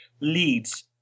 leads